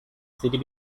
city